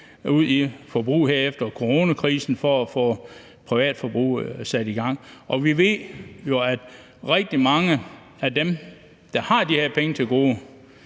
ud i forbrug her efter coronakrisen for at få privatforbruget sat i gang. Vi ved, at rigtig mange af dem, der har de her penge til gode,